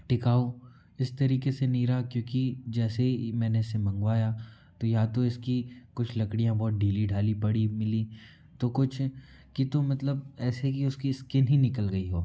टिकाऊ इस तरीके से नहीं रहा क्योंकि जैसे ही मैंने इसे मंगवाया तो या तो इसकी कुछ लकड़ियाँ बहुत ढीली ढाली पड़ी मिली तो कुछ कि तो मतलब ऐसे कि उसकी स्किन ही निकल गई हो